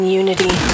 unity